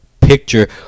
picture